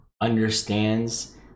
understands